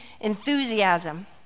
enthusiasm